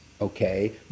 okay